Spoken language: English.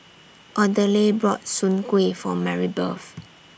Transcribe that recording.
Odile bought Soon Kueh For Marybeth